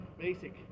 basic